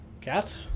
Cat